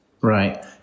Right